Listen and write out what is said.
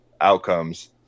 outcomes